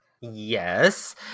Yes